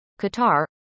Qatar